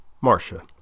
Marcia